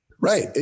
right